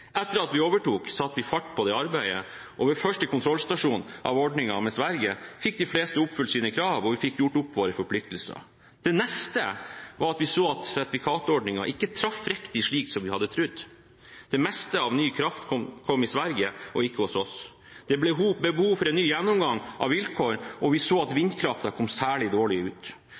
Etter at vi overtok, satte vi fart på det arbeidet, og ved første kontrollstasjon av ordningen med Sverige fikk de fleste oppfylt sine krav, og vi fikk gjort opp våre forpliktelser. Det neste var at vi så at sertifikatordningen ikke traff riktig slik som vi hadde trodd. Det meste av ny kraft kom i Sverige og ikke hos oss. Det ble behov for en ny gjennomgang av vilkår, og vi så at vindkraften kom særlig dårlig ut.